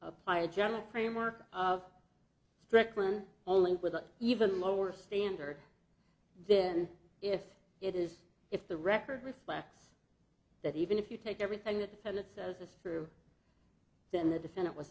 apply a general framework of strickland only with an even lower standard then if it is if the record reflects that even if you take everything that the senate says is true then the defendant was